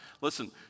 Listen